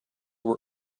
were